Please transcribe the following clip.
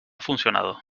funcionado